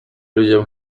ludziom